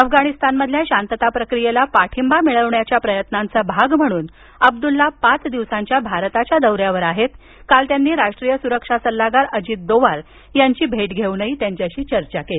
अफगाणिस्तानमधील शांतता प्रक्रियेला पाठींबा मिळविण्याच्या प्रयत्नांचा भाग म्हणून अब्दुल्ला पाच दिवसांच्या भारताच्या दौऱ्यावर असून काल त्यांनी राष्ट्रीय सुरक्षा सल्लागार अजित दोवाल यांची भेट घेऊन त्यांच्याशी चर्चा केली